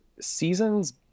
seasons